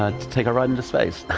ah take a ride into space.